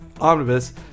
Omnibus